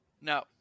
No